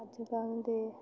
ਅੱਜ ਕੱਲ੍ਹ ਦੇ